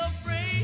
afraid